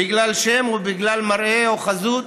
בגלל שם, מראה או חזות,